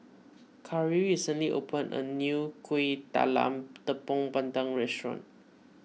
Kari recently opened a new Kuih Talam Tepong Pandan Restaurant